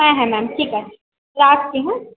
হ্যাঁ হ্যাঁ ম্যাম ঠিক আছে রাখছি হ্যাঁ